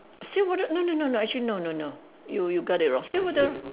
see whether no no no no actually no no no you you got it wrong see whether